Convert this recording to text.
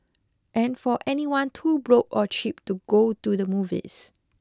and for anyone too broke or cheap to go to the movies